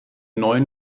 neuen